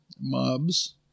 mobs